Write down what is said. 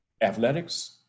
athletics